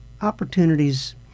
opportunities